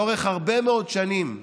לאורך הרבה מאוד שנים,